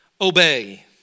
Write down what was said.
obey